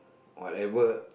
whatever